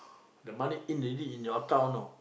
the money in already in your account now